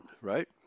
Right